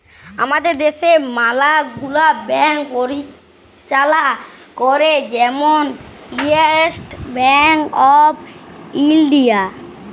আমাদের দ্যাশে ম্যালা গুলা ব্যাংক পরিচাললা ক্যরে, যেমল ইস্টেট ব্যাংক অফ ইলডিয়া